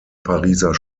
pariser